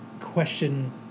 question